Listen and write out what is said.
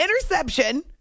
interception